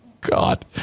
god